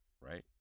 right